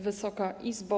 Wysoka Izbo!